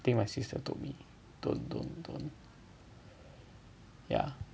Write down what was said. think my sister told me don't don't don't yeah